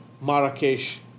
Marrakesh